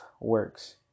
works